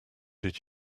did